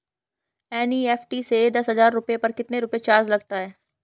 NEFT से दस हजार रुपयों पर कितने रुपए का चार्ज लगता है?